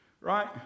Right